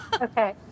okay